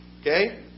Okay